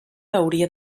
hauria